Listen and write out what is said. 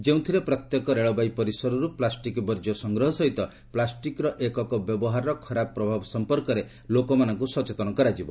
ଯେଉଁଥିରେ ପ୍ରତ୍ୟେକ ରେଳବାଇ ପରିସରରୁ ପ୍ଲାଷ୍ଟିକ ବର୍ଜ୍ୟ ସଂଗ୍ରହ ସହିତ ପ୍ଲାଷ୍ଟିକର ଏକକ ବ୍ୟବହାରର ଖରାପ ପ୍ରଭାବ ସମ୍ପର୍କରେ ଲୋକମାନଙ୍କୁ ସଚେତନ କରାଯିବ